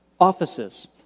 offices